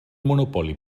monopoli